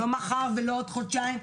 לא מחר ולא עוד חודשיים,